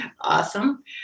Awesome